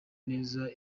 neza